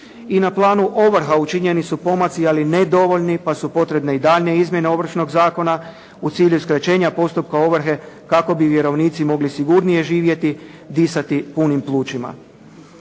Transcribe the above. I na planu ovrha učinjeni su pomaci ali ne dovoljni pa su potrebne i daljnje izmjene Ovršnog zakona u cilju skraćenja postupka ovrhe kako bi vjerovnici mogli sigurnije živjeti, disati punim plućima.